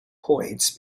points